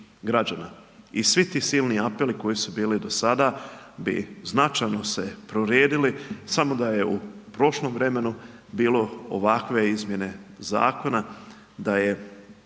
I svi ti silni apeli koji su bili do sada bi značajno se prorijedili samo da je u prošlom vremenu bilo ovakve izmjene zakona da je